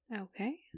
okay